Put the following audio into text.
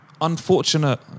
unfortunate